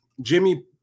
Jimmy